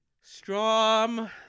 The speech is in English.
Strom